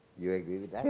you agree with